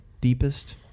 Deepest